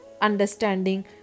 understanding